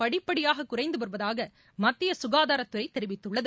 படிப்படியாக குறைந்து வருவதாக மத்திய குகாதாரத்துறை தெரிவித்துள்ளது